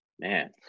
Man